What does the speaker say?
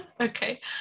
okay